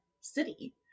city